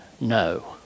No